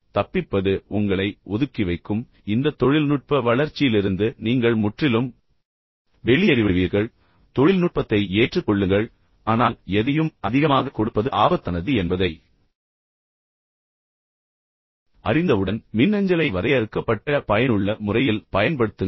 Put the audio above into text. எனவே தப்பிப்பது உண்மையில் உங்களை ஒதுக்கி வைக்கும் மேலும் இந்த தொழில்நுட்ப வளர்ச்சியிலிருந்து நீங்கள் முற்றிலும் வெளியேறிவிடுவீர்கள் தொழில்நுட்பத்தை ஏற்றுக் கொள்ளுங்கள் ஆனால் எதையும் அதிகமாகக் கொடுப்பது ஆபத்தானது என்பதை அறிந்தவுடன் மின்னஞ்சலை மிகவும் வரையறுக்கப்பட்ட பயனுள்ள முறையில் பயன்படுத்துங்கள்